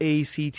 ACT